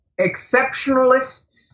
exceptionalists